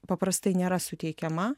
paprastai nėra suteikiama